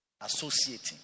associating